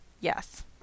Yes